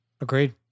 Agreed